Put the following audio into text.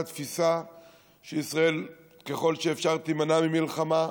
תפיסה שישראל תימנע ככל שאפשר ממלחמה,